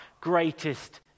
greatest